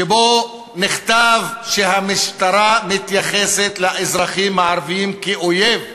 שבו נכתב שהמשטרה מתייחסת לאזרחים הערבים כאל אויב,